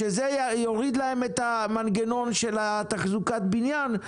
שזה יוריד את המנגנון של תחזוקת בניין,